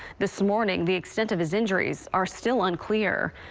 this morning, the extent of his injuries are still unclear.